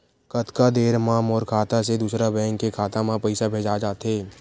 कतका देर मा मोर खाता से दूसरा बैंक के खाता मा पईसा भेजा जाथे?